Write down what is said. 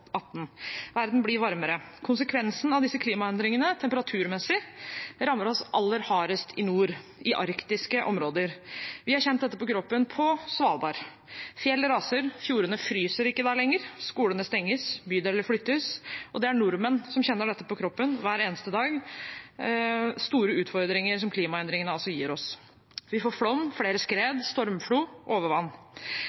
verden blir varmere. Konsekvensen av disse klimaendringene temperaturmessig rammer oss i nord aller hardest, i arktiske områder. Vi har kjent dette på kroppen på Svalbard – fjell raser, fjordene fryser ikke der lenger, skolene stenges, bydeler flyttes. Det er nordmenn som kjenner på kroppen hver eneste dag de store utfordringene som klimaendringene gir oss. Vi får flom, flere